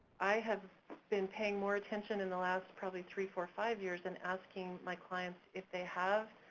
i have been paying more attention in the last probably three, four, five years and asking my clients if they have